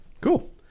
Cool